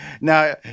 Now